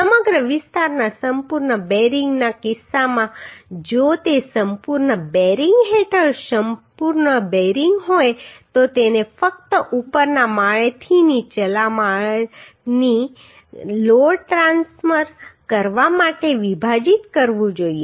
સમગ્ર વિસ્તારના સંપૂર્ણ બેરિંગના કિસ્સામાં જો તે સંપૂર્ણ બેરિંગ હેઠળ સંપૂર્ણ બેરિંગ હોય તો તેને ફક્ત ઉપરના માળેથી નીચલા માળની લોડ ટ્રાન્સફર કરવા માટે વિભાજિત કરવું જોઈએ